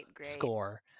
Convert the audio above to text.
score